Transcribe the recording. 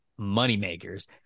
moneymakers